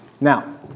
Now